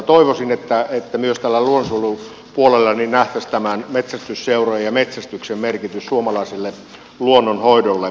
toivoisin että myös luonnonsuojelupuolella nähtäisiin metsästysseurojen ja metsästyksen merkitys suomalaiselle luonnonhoidolle